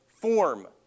form